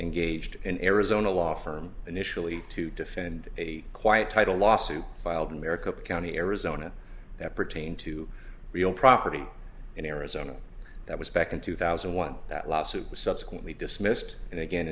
and gauged in arizona law firm initially to defend a quiet title lawsuit filed in maricopa county arizona that pertain to real property in arizona that was back in two thousand and one that lawsuit was subsequently dismissed and again